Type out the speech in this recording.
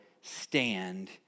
stand